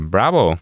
Bravo